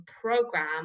program